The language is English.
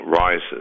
rises